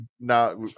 now